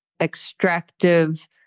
extractive